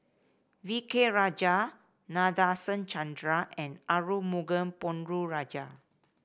V K Rajah Nadasen Chandra and Arumugam Ponnu Rajah